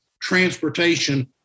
transportation